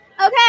Okay